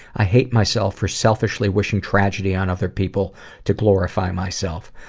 i hate myself for selfishly wishing tragedy on other people to glorify myself.